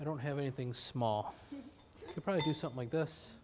i don't have anything small you probably do something like this